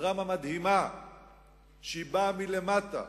דרמה מדהימה שבאה מלמטה.